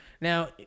Now